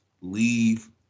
Leave